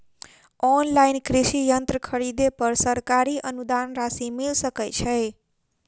Online कृषि यंत्र खरीदे पर सरकारी अनुदान राशि मिल सकै छैय?